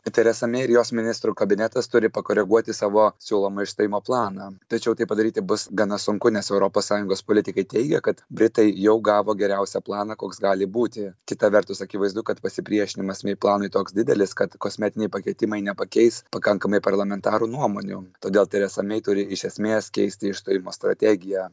teresa mei ir jos ministrų kabinetas turi pakoreguoti savo siūlomą išstojimo planą tačiau tai padaryti bus gana sunku nes europos sąjungos politikai teigia kad britai jau gavo geriausią planą koks gali būti kita vertus akivaizdu kad pasipriešinimas mei planui toks didelis kad kosmetiniai pakeitimai nepakeis pakankamai parlamentarų nuomonių todėl teresa mei turi iš esmės keisti išstojimo strategiją